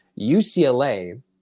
UCLA